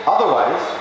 Otherwise